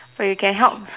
or you can help